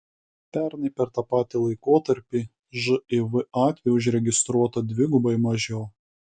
pernai per tą patį laikotarpį živ atvejų užregistruota dvigubai mažiau